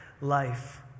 life